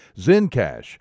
Zencash